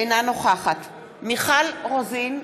אינה נוכחת מיכל רוזין,